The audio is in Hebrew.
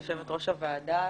יושבת-ראש הוועדה,